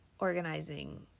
Organizing